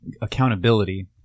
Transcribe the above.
accountability